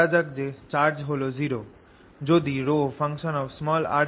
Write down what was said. ধরা যাক যে চার্জ হল 0